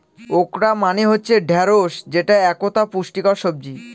okra মানে হচ্ছে ঢ্যাঁড়স যেটা একতা পুষ্টিকর সবজি